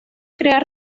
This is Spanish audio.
crear